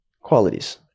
Qualities